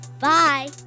bye